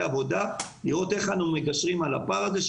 עבודה לראות איך אנחנו מגשרים על הפער הזה,